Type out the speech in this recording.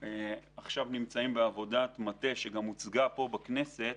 בעיצומה של עבודת מטה שהוצגה פה בכנסת